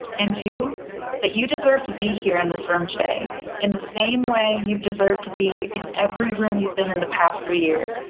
and two that you deserve to be here in this room today in the same way you've deserved to be in every room you've been in the past three years,